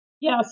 Yes